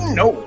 no